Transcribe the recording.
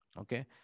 Okay